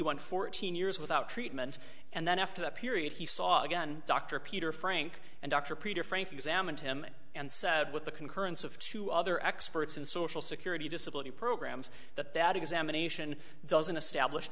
won fourteen years without treatment and then after that period he saw again dr peter frank and dr peter frank examined him and said with the concurrence of two other experts in social security disability programs that that examination doesn't establish